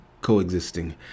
coexisting